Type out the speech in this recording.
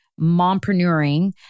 mompreneuring